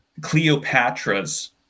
Cleopatra's